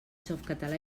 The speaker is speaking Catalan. softcatalà